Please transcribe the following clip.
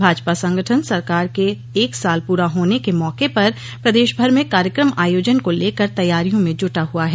भाजपा संगठन सरकार के एक साल पूरा होने के मौके पर प्रदेश भर में कार्यक्रम आयोजन को लेकर तैयारियों में जुटा हुआ है